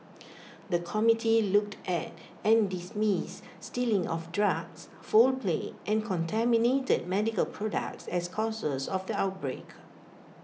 the committee looked at and dismissed stealing of drugs foul play and contaminated medical products as causes of the outbreak